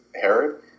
Herod